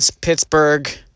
Pittsburgh